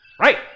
Right